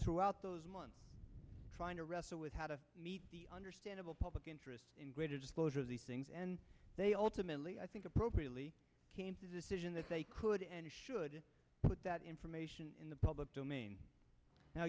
throughout those months trying to wrestle with how to meet the understandable public interest in greater disclosure of these things and they ultimately i think appropriately came to decision that they could and should put that information in the public domain now